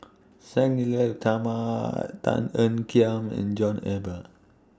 Sang Nila Utama Tan Ean Kiam and John Eber